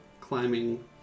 climbing